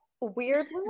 weirdly